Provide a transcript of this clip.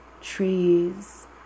trees